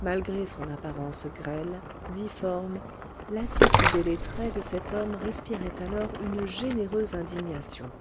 malgré son apparence grêle difforme l'attitude et les traits de cet homme respiraient alors une généreuse indignation